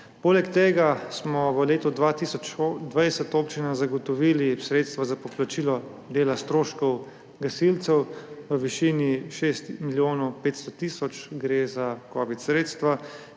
Poleg tega smo v letu 2020 občinam zagotovili sredstva za poplačilo dela stroškov gasilcev v višini 6 milijonov 500 tisoč, gre za covid sredstva,